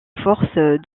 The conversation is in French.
forces